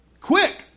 Quick